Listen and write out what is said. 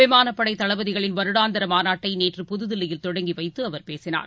விமானப் படைத் தளபதிகளின் வருடாந்தரமாநாட்டைநேற்று புதுதில்லியில் தொடங்கிவைத்துஅவர் பேசினார்